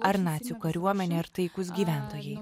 ar nacių kariuomenė ar taikūs gyventojai